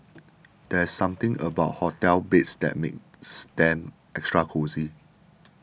there's something about hotel beds that makes them extra cosy